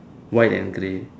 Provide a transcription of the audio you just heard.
white and grey